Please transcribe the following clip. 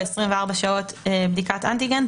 או 24 שעות בדיקת אנטיגן,